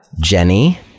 Jenny